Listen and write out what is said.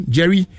Jerry